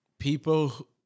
people